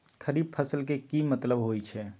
खरीफ फसल के की मतलब होइ छइ?